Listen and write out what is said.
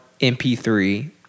MP3